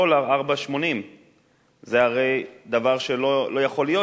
דולר של 4.80. זה הרי דבר שלא יכול להיות,